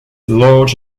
large